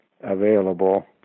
available